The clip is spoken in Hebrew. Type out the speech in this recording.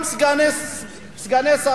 גם סגני שרים,